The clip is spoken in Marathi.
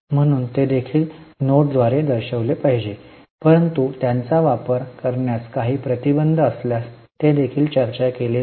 म्हणून ते देखील नोट द्वारे दर्शविले पाहिजेत परंतु त्यांचा वापर करण्यास काही प्रतिबंध असल्यास ते देखील चर्चा केले जावे